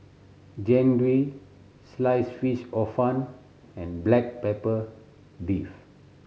Jian Dui slice fish Hor Fun and black pepper beef